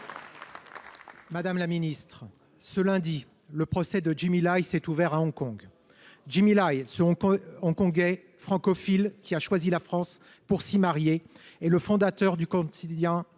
Madame la ministre, ce lundi, le procès de Jimmy Lai s’est ouvert à Hong Kong. Jimmy Lai, ce Hongkongais francophile qui a choisi la France pour s’y marier, est le fondateur du quotidien hongkongais